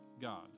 God